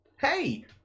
Hey